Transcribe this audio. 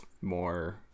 more